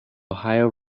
ohio